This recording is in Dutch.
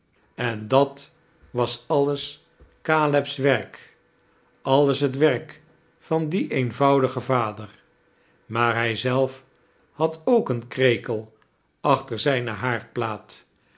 en dat was alles caleb's werk alles het werk van dien eenvoudigen vader maar hij zelf had ook een krekel achter zijne